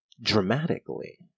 dramatically